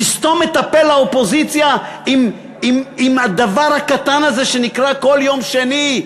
לסתום את הפה לאופוזיציה עם הדבר הקטן הזה שנקרא כל יום שני,